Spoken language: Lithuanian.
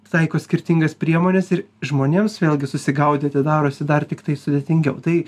taiko skirtingas priemones ir žmonėms vėlgi susigaudyti darosi dar tiktai sudėtingiau tai